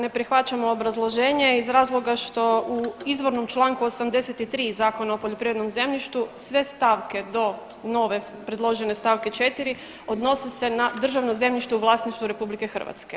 Ne prihvaćamo obrazloženje iz razloga što u izvornom čl. 83 Zakona o poljoprivrednom zemljištu sve stavke do nove predložene st. 4 odnosi se na državno zemljište u vlasništvu RH.